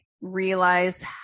realize